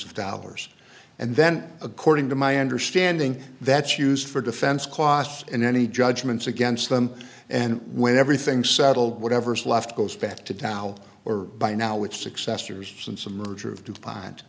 of dollars and then according to my understanding that's used for defense costs and any judgments against them and when everything's settled whatever's left goes back to tao or by now its successors since a merger of dupont